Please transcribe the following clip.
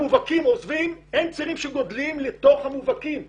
המובהקים עוזבים ואין צעירים שגדלים להיות המובהקים הבאים.